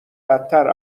بدتر